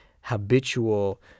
habitual